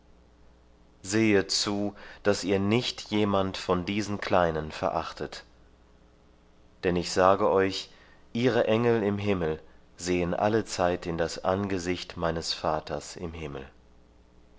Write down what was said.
sehet zu daß ihr nicht jemand von diesen kleinen verachtet denn ich sage euch ihre engel im himmel sehen allezeit in das angesicht meines vaters im himmel